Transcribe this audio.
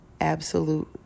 Absolute